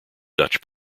dutch